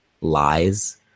lies